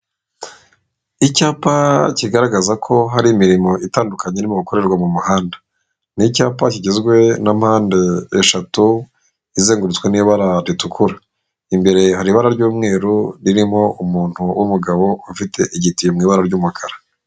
Icyapa kigaragaza ko hari imirimo itandukanye irimo gukorerwa mu muhanda, ni icyapa kigizwe na mpande eshatu izengurutswe n'ibara ritukura, imbere hari ibara ry'umweru ririmo umuntu w'umugabo ufite igitiyo mu ibara ry'umukara.